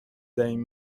دهیم